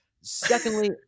secondly